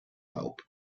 help